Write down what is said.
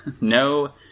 no